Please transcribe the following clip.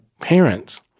parents